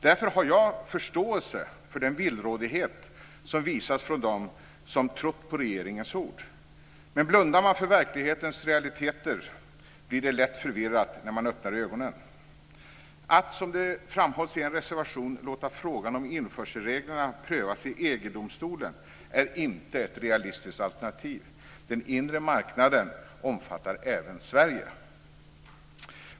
Därför har jag förståelse för den villrådighet som visas från dem som trott på regeringens ord. Men blundar man för verklighetens realiteter blir det lätt förvirrat när man öppnar ögonen. Att, som det framhålls i en reservation, låta frågan om införselreglerna prövas i EG-domstolen är inte ett realistiskt alternativ. Den inre marknaden omfattar även Sverige.